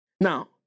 Now